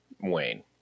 Wayne